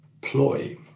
ploy